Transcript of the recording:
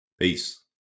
Peace